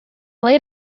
laid